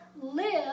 live